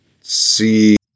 see